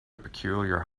peculiar